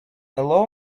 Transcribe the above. allow